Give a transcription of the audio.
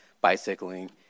bicycling